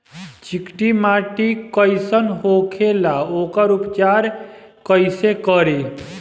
चिकटि माटी कई सन होखे ला वोकर उपचार कई से करी?